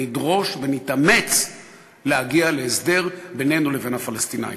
נדרוש ונתאמץ להגיע להסדר בינינו לבין הפלסטינים.